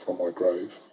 my grave.